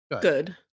good